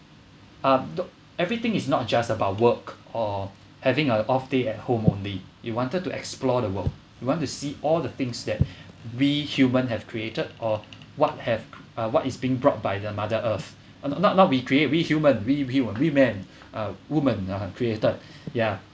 um do~ everything is not just about work or having a off day at home only you wanted to explore the world you want to see all the things that we humans have created or what have uh what is being brought by the mother earth and not not we create we human we he we man or women created yeah